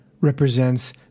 represents